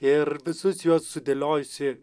ir visus juos sudėliojusi